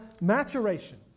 maturation